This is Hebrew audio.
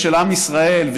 ברמה הדמוקרטית,